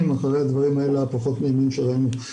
אחרי הדברים האלה הפחות נעימים שראינו.